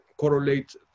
correlate